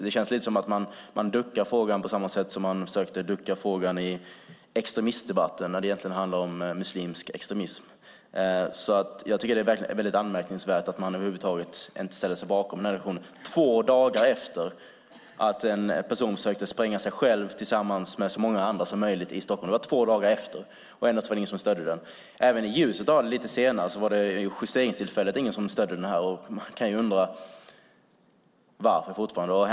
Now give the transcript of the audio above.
Det känns lite som att man duckar för frågan på samma sätt som man försökte ducka för frågan i extremistdebatten när det egentligen handlade om muslimsk extremism. Jag tycker över huvud taget att det är anmärkningsvärt att man inte ställer sig bakom motionen två dagar efter det att en person försökte spränga sig själv tillsammans med så många andra som möjligt i Stockholm. Det var två dagar efter detta, och ändå var det ingen som stödde motionen. Även i ljuset av detta, lite senare, var det vid justeringstillfället ingen som stödde den. Man kan fortfarande undra varför.